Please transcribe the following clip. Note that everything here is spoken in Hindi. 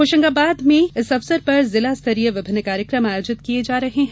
होशंगाबाद में इस अवसर पर जिला स्तरीय विभिन्न कार्यक्रम आयोजित किये जा रहे हैं